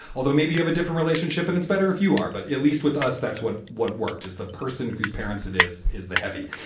although maybe you have a different relationship and it's better if you are. but at least with us, that's what what worked is the person whose parents it is is the heavy.